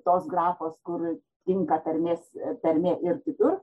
tos grafos kur tinka tarmės tarmė ir kitur